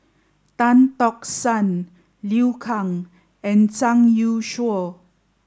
Tan Tock San Liu Kang and Zhang Youshuo